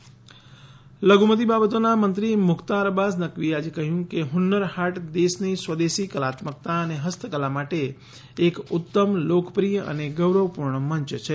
હુજ઼જ઼ ર હાટ લધુમતી બાબતોના મંત્રી મુખ્તાર અબ્બાસ નકવીએ આજે કહ્યું છે કે હ્ન્નર હાટ દેશની સ્વદેશી કલાત્મકતા અને હસ્તકલા માટે એક ઉત્તમ લોકપ્રિય અને ગૌરવપૂર્ણ મંચ છે